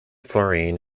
fluorine